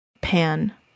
Pan